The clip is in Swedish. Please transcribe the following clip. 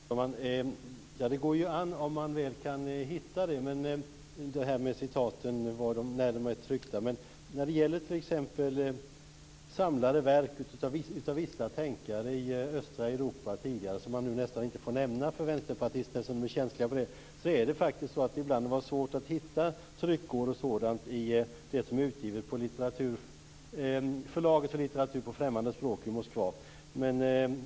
Fru talman! Det går an om man väl kan hitta när det som citeras är tryckt. Men när det gäller t.ex. samlade verk av vissa tänkare i östra Europa tidigare - något som man nästan inte får nämna för vänsterpartister som är känsliga på den punkten - är det ibland svårt att hitta tryckår och sådant i det som är utgivet på förlaget för litteratur på främmande språk i Moskva.